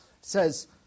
says